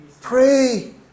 Pray